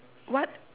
what